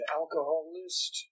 alcohol-list